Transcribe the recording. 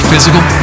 physical